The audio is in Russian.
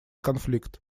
конфликт